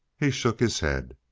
he shook his head.